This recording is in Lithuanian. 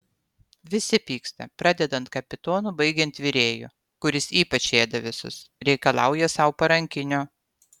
visi pyksta pradedant kapitonu baigiant virėju kuris ypač ėda visus reikalauja sau parankinio